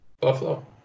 Buffalo